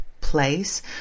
place